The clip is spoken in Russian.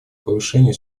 повышению